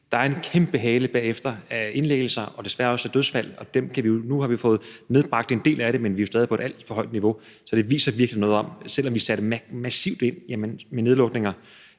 Der er en kæmpe hale bagefter af indlæggelser og desværre også dødsfald. Nu har vi fået nedbragt en del af det, men vi er jo stadig på et alt for højt niveau. Så det viser virkelig noget om, at selv om vi satte massivt ind med nedlukninger,